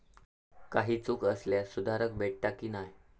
काही चूक झाल्यास सुधारक भेटता की नाय?